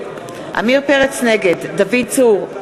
נגד דוד צור,